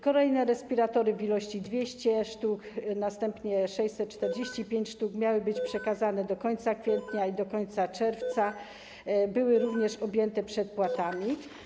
Kolejne respiratory w ilości 200 sztuk, następnie 645 sztuk miały być przekazane do końca kwietnia i do końca czerwca i również były objęte przedpłatami.